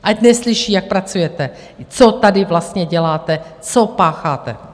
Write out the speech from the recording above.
Ať neslyší, jak pracujete, co tady vlastně děláte, co pácháte!